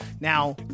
Now